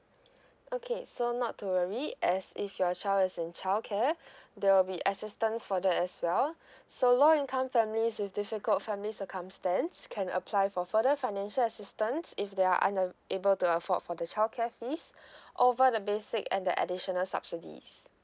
okay so not to worry as if your child is in childcare there will be assistance for that as well so low income families with difficult family circumstance can apply for further financial assistance if they aren't ab~ able to afford for the childcare fees over the basic and the additional subsidies